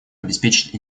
обеспечить